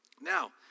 Now